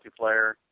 Multiplayer